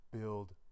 build